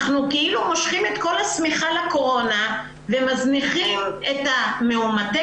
אנחנו מושכים את השמיכה לקורונה ומזניחים את מאומתי